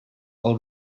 all